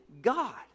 God